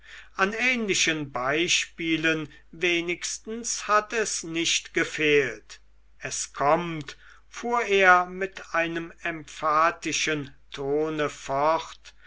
an ähnlichen beispielen wenigstens hat es nicht gefehlt es kommt fuhr er mit einem emphatischen tone fort